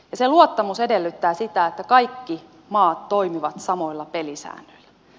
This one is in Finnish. se luottamus edellyttää sitä että kaikki maat toimivat samoilla pelisäännöillä